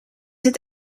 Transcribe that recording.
het